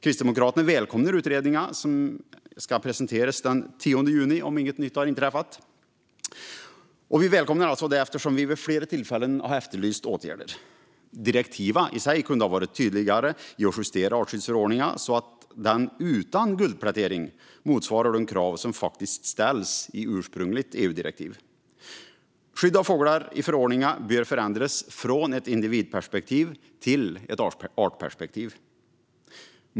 Kristdemokraterna välkomnar utredningen som ska presenteras den 10 juni, om inget annat inträffar. Vi välkomnar den eftersom vi vid flera tillfällen har efterlyst åtgärder. Direktiven kunde ha varit tydligare vad gäller att justera artskyddsförordningen så att den utan guldplätering motsvarar de krav som faktiskt ställs i ursprungligt EU-direktiv. Skyddet av fåglar bör i förordningen förändras från ett individperspektiv till ett artperspektiv.